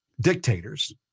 dictators